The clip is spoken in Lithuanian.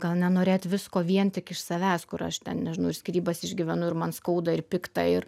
gal nenorėt visko vien tik iš savęs kur aš ten nežinau ir skyrybas išgyvenu ir man skauda ir pikta ir